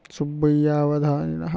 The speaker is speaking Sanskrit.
सुब्बैयावधानिनः